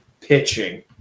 pitching